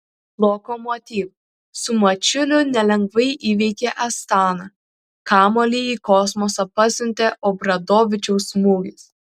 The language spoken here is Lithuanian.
lokomotiv su mačiuliu nelengvai įveikė astaną kamuolį į kosmosą pasiuntė obradovičiaus smūgis